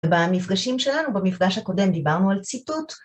במפגשים שלנו במפגש הקודם דיברנו על ציטוט